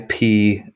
IP